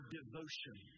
devotion